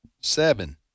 seven